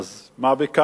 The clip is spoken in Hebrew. אז מה בכך?